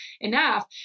enough